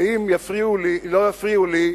ואם לא יפריעו לי,